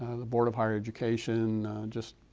the board of higher education just,